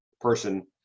person